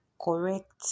correct